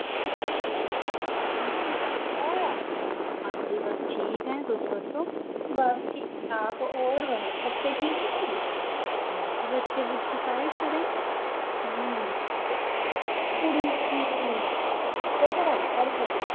हां जी केह् होएआ हां जी बस ठीक ऐ तुस दस्सो बस ठीक ठाक होर बच्चे ठीक नी हां जी बच्चे बुच्चे सारे खरे हून कुड़ी केह् करा दी थुआढ़ी बड्डी